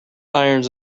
irons